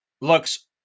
looks